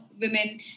women